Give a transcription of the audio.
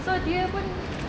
so dia pun